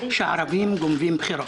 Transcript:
שהערבים גונבים בחירות.